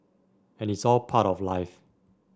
and it's all part of life